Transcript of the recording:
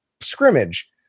scrimmage